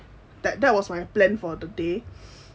that that was my plan for the day